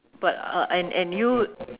but uh and and you